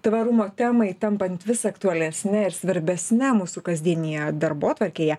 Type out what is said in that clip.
tvarumo temai tampant vis aktualesne ir svarbesne mūsų kasdienėje darbotvarkėje